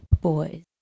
boys